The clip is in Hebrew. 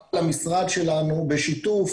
פעל המשרד שלנו, בשיתוף